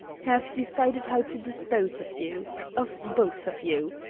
have decided how to dispose of you of both of you.